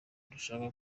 rushaka